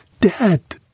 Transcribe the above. Dad